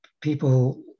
people